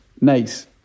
nice